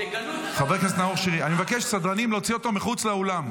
תוציאו אותו החוצה מהאולם.